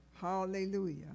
Hallelujah